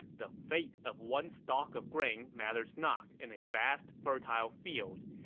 the fate of one stalk of grain matters not in a vast, fertile field,